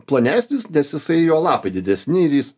plonesnis nes jisai jo lapai didesni ir jis